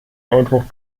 einfach